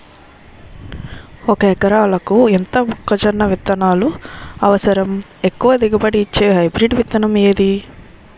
ఒక ఎకరాలకు ఎంత మొక్కజొన్న విత్తనాలు అవసరం? ఎక్కువ దిగుబడి ఇచ్చే హైబ్రిడ్ విత్తనం ఏది?